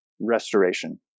restoration